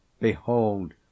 Behold